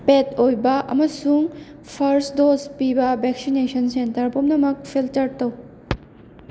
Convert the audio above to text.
ꯄꯦꯠ ꯑꯣꯏꯕ ꯑꯃꯁꯨꯡ first dose ꯄꯤꯕ ꯚꯦꯛꯁꯤꯅꯦꯁꯟ ꯁꯦꯟꯇꯔ ꯄꯨꯝꯅꯃꯛ ꯐꯤꯜꯇꯔ ꯇꯧ